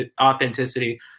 authenticity